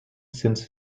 since